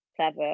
clever